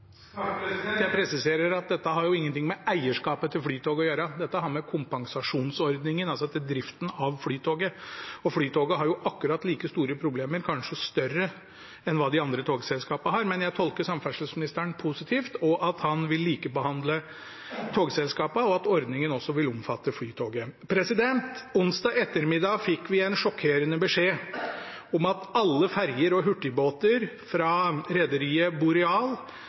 Jeg presiserer at dette har ingenting med eierskapet til Flytoget å gjøre, dette har å gjøre med kompensasjonsordningen, altså til driften av Flytoget. Og Flytoget har akkurat like store problemer, kanskje større, enn hva de andre togselskapene har. Men jeg tolker samferdselsministeren positivt, at han vil likebehandle togselskapene, og at ordningen også vil omfatte Flytoget. Onsdag ettermiddag fikk vi en sjokkerende beskjed om at alle ferjer og hurtigbåter fra rederiet Boreal hadde fått seilingsnekt. Det gjaldt mange samband, fra Finnmark i